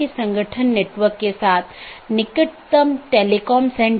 तो यह network layer reachability की जानकारी है